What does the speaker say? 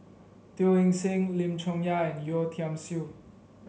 Teo Eng Seng Lim Chong Yah and Yeo Tiam Siew